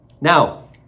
Now